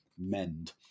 mend